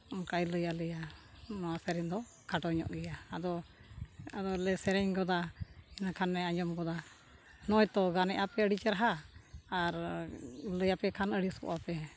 ᱚᱱᱠᱟᱭ ᱞᱟᱹᱭᱟᱞᱮᱭᱟ ᱱᱚᱣᱟ ᱥᱮᱨᱮᱧ ᱫᱚ ᱠᱷᱟᱴᱚ ᱧᱚᱜ ᱜᱮᱭᱟ ᱟᱫᱚ ᱟᱫᱚᱞᱮ ᱥᱮᱨᱮᱧ ᱜᱚᱫᱟ ᱤᱱᱟᱹᱠᱷᱟᱱ ᱞᱮ ᱟᱸᱡᱚᱢ ᱜᱚᱫᱟ ᱱᱚᱜᱚᱭᱼᱛᱚ ᱜᱟᱱᱮᱜ ᱟᱯᱮ ᱟᱹᱰᱤ ᱪᱮᱨᱦᱟ ᱟᱨ ᱞᱟᱹᱭᱟᱯᱮ ᱠᱷᱟᱱ ᱟᱹᱲᱤᱥᱚᱜᱼᱟᱯᱮ